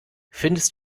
findest